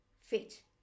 fit